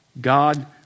God